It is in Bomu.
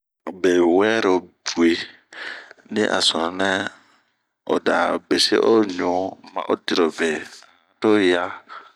Be wɛɛrobui ,din a sununɛ o da besi o ɲu, ma o dirobe a han to yaa.